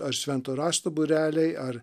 ar šventojo rašto būreliai ar